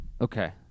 Okay